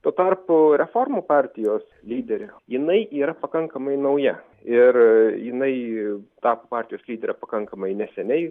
tuo tarpu reformų partijos lyderė jinai yra pakankamai nauja ir jinai ta partijos lyderė pakankamai neseniai